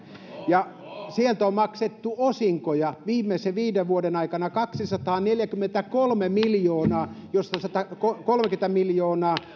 ja sieltä on maksettu osinkoja viimeisen viiden vuoden aikana kaksisataaneljäkymmentäkolme miljoonaa josta satakolmekymmentä miljoonaa